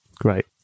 great